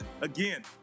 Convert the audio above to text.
again